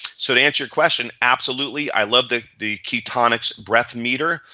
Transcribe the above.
so to answer your question, absolutely, i love the the ketonic breath meter.